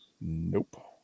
Nope